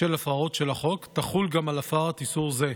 בשל הפרות של החוק, תחול גם על הפרת איסור זה.